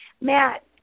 Matt